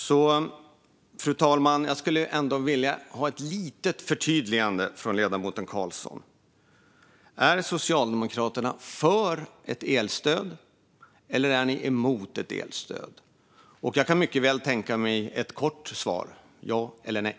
Därför, fru talman, skulle jag vilja få ett litet förtydligande från ledamoten Karlsson. Är Socialdemokraterna för ett elstöd, eller är de emot ett elstöd? Jag kan mycket väl tänka mig ett kort svar - ja eller nej.